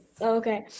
okay